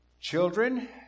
Children